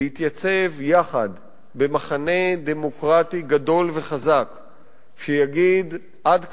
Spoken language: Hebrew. להתייצב יחד במחנה דמוקרטי גדול וחזק שיגיד: עד כאן,